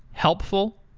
helpful,